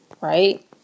right